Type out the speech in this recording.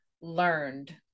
learned